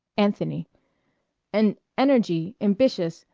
anthony and energy ambitious,